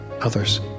others